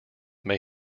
may